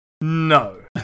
No